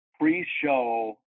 pre-show